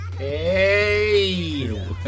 Hey